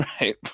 right